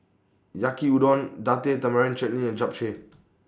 Yaki Udon Date Tamarind Chutney and Japchae